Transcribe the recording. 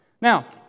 Now